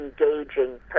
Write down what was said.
engaging